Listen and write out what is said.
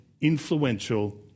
influential